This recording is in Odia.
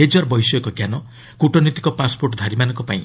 ଲେଜର ବୈଷୟିକଙ୍କାନ କୃଟନୈତିକ ପାସ୍ପୋର୍ଟ୍ଧାରୀମାନଙ୍କ ପାଇଁ